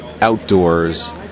outdoors